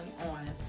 on